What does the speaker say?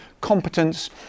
competence